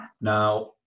Now